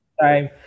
time